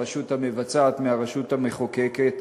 הרשות המבצעת מהרשות המחוקקת,